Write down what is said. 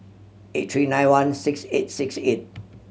eight three nine one six eight six eight